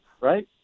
right